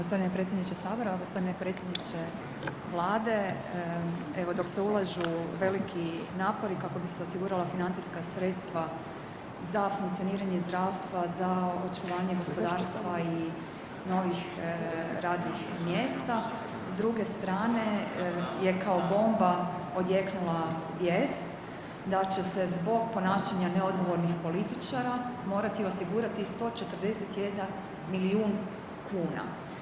Hvala lijepo g. predsjedniče Sabora, g. predsjedniče Vlade, evo, dok se ulažu veliki napori kako bi se osigurala financijska sredstva za funkcioniranje zdravstva, za očuvanje gospodarstva i novih radnih mjesta, s druge strane je kao bomba odjeknula vijest da će se zbog ponašanja neodgovornih političara morati osigurati i 141 milijun kuna.